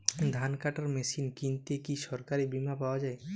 ধান কাটার মেশিন কিনতে কি সরকারী বিমা পাওয়া যায়?